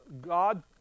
God